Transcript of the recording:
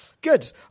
Good